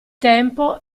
tempo